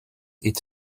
its